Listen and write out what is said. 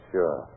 Sure